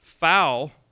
Foul